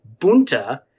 Bunta